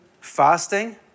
Fasting